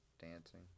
Dancing